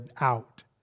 out